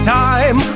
time